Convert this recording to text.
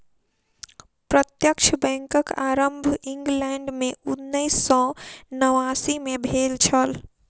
प्रत्यक्ष बैंकक आरम्भ इंग्लैंड मे उन्नैस सौ नवासी मे भेल छल